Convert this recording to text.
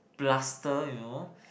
plaster you know